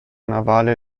navale